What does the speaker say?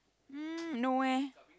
mm no eh